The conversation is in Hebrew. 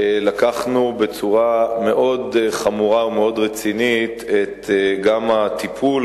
לקחנו בצורה מאוד חמורה ומאוד רצינית את הטיפול,